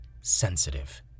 sensitive